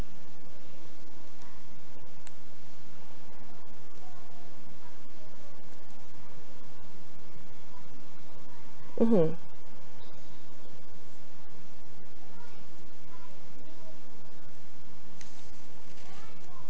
mmhmm